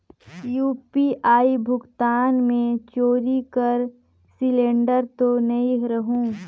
UPI भुगतान मे चोरी कर सिलिंडर तो नइ रहु?